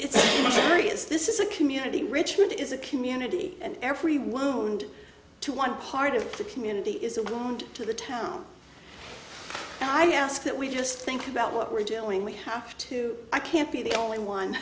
it's serious this is a community richmond is a community and everyone around to one part of the community is a wound to the town and i ask that we just think about what we're doing we have to i can't be the only one